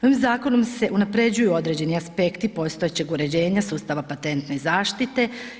Ovim zakonom se unapređuju određeni aspekti postojećeg uređenja sustava patentne zaštite.